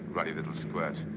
ruddy little squirt.